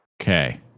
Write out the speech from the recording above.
Okay